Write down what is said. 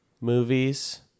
movies